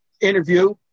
interview